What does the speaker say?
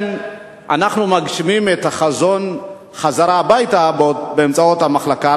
אנחנו מגשימים את החזון חזרה הביתה באמצעות המחלקה.